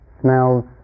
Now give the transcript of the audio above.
smells